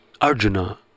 Arjuna